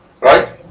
Right